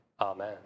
Amen